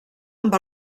amb